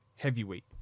Heavyweight